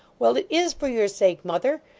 well! it is for your sake, mother.